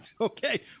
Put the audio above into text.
Okay